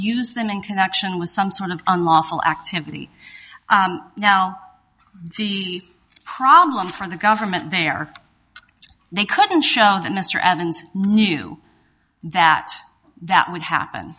use them in connection with some sort of unlawful activity now the problem for the government there they couldn't show that mr evans knew that that would happen